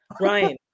Ryan